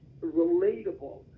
relatable